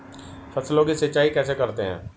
फसलों की सिंचाई कैसे करते हैं?